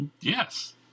Yes